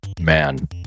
man